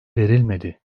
verilmedi